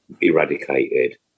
eradicated